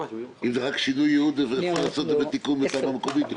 אם זה רק שינוי ייעוד אז אפשר לעשות את זה בתיקון בתב"ע מקומית.